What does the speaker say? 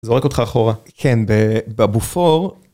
זורק אותך אחורה כן בבופור.